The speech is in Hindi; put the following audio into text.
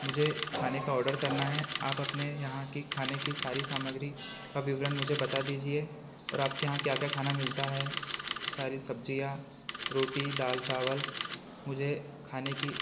मुझे खाने का ऑर्डर करना है आप अपने यहाँ की खाने की सारी सामग्री का विवरण मुझे बता दीजिए और आपके यहाँ क्या क्या खाना मिलता है सारी सब्जियाँ रोटी दाल चावल मुझे खाने की